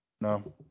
No